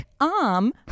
arm